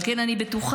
על כן אני בטוחה